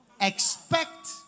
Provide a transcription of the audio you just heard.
expect